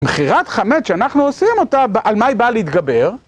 מכירת חמץ שאנחנו עושים אותה על מי היא באה להתגבר?